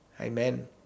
amen